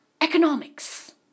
economics